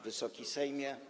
Wysoki Sejmie!